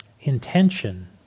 intention